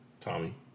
Tommy